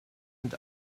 and